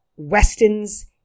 Weston's